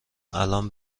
الان